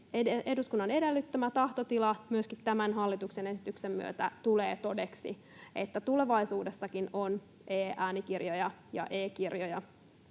eduskunnan edellyttämä tahtotila myöskin tämän hallituksen esityksen myötä tulee todeksi, että tulevaisuudessakin on e-äänikirjoja ja e-kirjoja